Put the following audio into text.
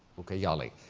ucayali.